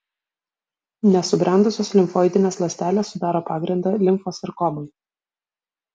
nesubrendusios limfoidinės ląstelės sudaro pagrindą limfosarkomai